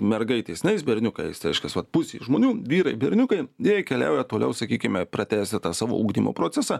mergaitės neis berniukai eis reiškias vat pusė žmonių vyrai berniukai jie keliauja toliau sakykime pratęsti tą savo ugdymo procesą